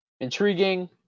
intriguing